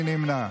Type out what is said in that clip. מי נמנע?